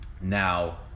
Now